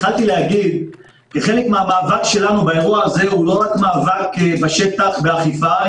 התחלתי להגיד שחלק מהמאבק שלנו באירוע הזה הוא לא רק מאבק בשטח ובאכיפה,